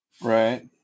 Right